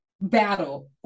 battle